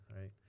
right